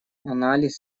анализ